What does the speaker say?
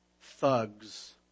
thugs